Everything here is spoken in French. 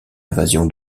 invasion